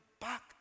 back